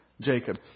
Jacob